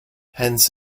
hence